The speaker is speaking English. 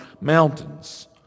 mountains